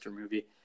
movie